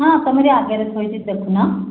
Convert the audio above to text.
ହଁ ତମରି ଆଗରେ ଥୋଇଛି ଦେଖୁନ